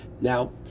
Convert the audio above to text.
Now